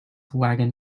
wagon